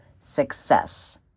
success